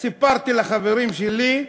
סיפרתי לחברים שלי,